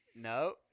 no